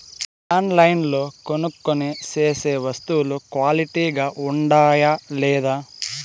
ఆన్లైన్లో కొనుక్కొనే సేసే వస్తువులు క్వాలిటీ గా ఉండాయా లేదా?